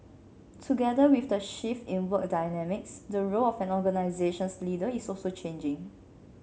together with the shift in work dynamics the role of an organization's leader is also changing